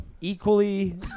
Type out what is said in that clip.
Equally